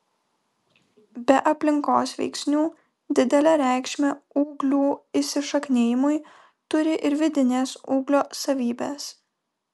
be aplinkos veiksnių didelę reikšmę ūglių įsišaknijimui turi ir vidinės ūglio savybės